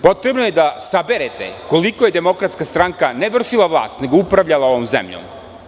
Potrebno je da saberete koliko je DS ne vršila vlast, nego upravljala ovom zemljom.